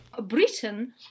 Britain